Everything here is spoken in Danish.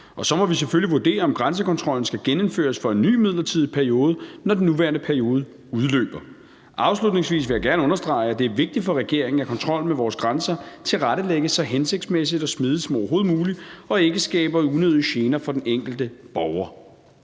Og så må vi selvfølgelig vurdere, om grænsekontrollen skal genindføres for en ny midlertidig periode, når den nuværende periode udløber. Afslutningsvis vil jeg gerne understrege, at det er vigtigt for regeringen, at kontrollen med vores grænser tilrettelægges så hensigtsmæssigt og smidigt som overhovedet muligt og ikke skaber unødige gener for den enkelte borger.